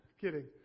kidding